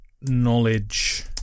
knowledge